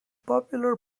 popular